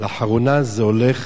לאחרונה זה הולך